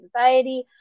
anxiety